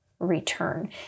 Return